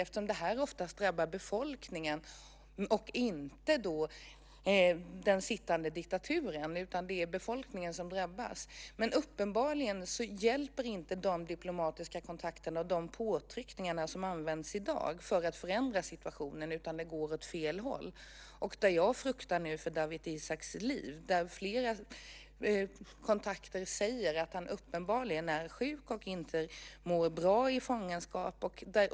Det drabbar oftast befolkningen och inte den sittande diktaturen. Uppenbarligen hjälper inte de diplomatiska kontakterna och de påtryckningar som används i dag för att förändra situationen, utan det går åt fel håll. Jag fruktar nu för Dawit Isaaks liv. Flera kontakter säger att han uppenbarligen är sjuk och inte mår bra i fångenskap.